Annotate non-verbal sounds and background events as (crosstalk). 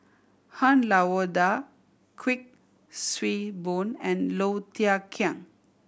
Han Lao (unintelligible) Da Kuik Swee Boon and Low Thia Khiang